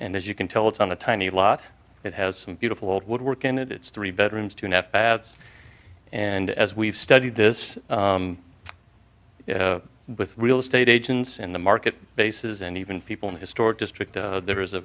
and as you can tell it's on a tiny lot it has some beautiful old woodwork in it it's three bedrooms two at bats and as we've studied this with real estate agents in the market bases and even people in historic district there is a